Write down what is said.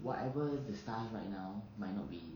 whatever is the stars right now might not be